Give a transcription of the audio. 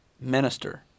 minister